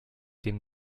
dem